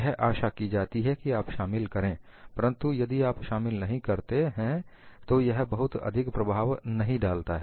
यह आशा की जाती है कि आप शामिल करेें परंतु यदि आप शामिल नहीं करते हैं तो यह बहुत अधिक प्रभाव नहीं डालता है